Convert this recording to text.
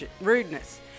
rudeness